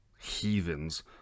heathens